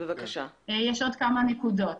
יש עוד כמה נקודות.